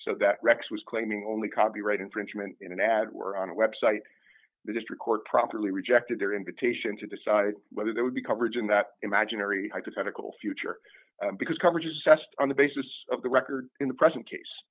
so that rex was claiming only copyright infringement in an ad where on a website the district court properly rejected their invitation to decide whether there would be coverage in that imaginary hypothetical future because coverage is assessed on the basis of the record in the present case